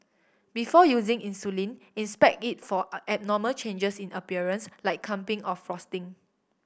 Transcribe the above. before using insulin inspect it for abnormal changes in appearance like clumping or frosting